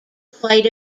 plight